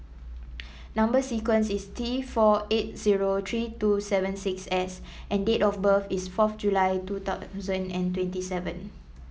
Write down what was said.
number sequence is T four eight zero three seven two six S and date of birth is fourth July two thousand and twenty seven